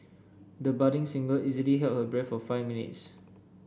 the budding singer easily held her breath for five minutes